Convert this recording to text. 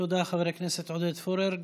חבר הכנסת עודד פורר.